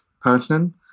person